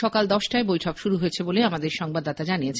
সকাল দশটায় বৈঠক শুরু হয়েছে বলে আমাদের সংবাদদাতা জানিয়েছেন